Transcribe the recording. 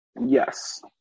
Yes